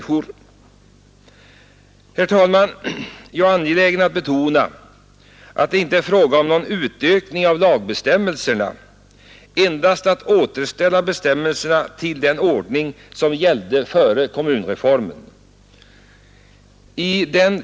Jag är angelägen att betona att det inte är fråga om en utökning av rätten enligt lagbestämmelserna utan endast om ett återställande av rätten till den ordning som gällde före kommunreformen.